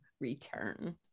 return